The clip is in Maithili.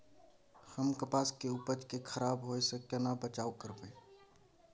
हम कपास के उपज के खराब होय से केना बचाव करबै?